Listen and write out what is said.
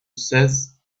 says